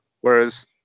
Whereas